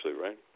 right